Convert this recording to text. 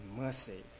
mercy